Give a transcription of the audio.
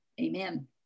Amen